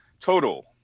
total